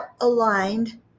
aligned